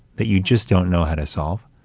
that you just don't know how to solve,